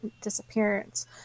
disappearance